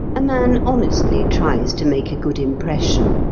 a man honestly tries to make a good impression.